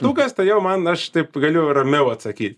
tukas tai jau man aš taip galiu ramiau atsakyt